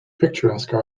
picturesque